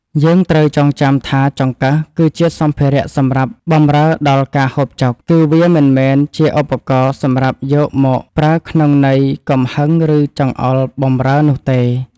យើងត្រូវចងចាំថាចង្កឹះគឺជាសម្ភារៈសម្រាប់បម្រើដល់ការហូបចុក គឺ វាមិនមែនជាឧបករណ៍សម្រាប់យកមកប្រើក្នុងន័យកំហឹងឬចង្អុលបម្រើនោះទេ។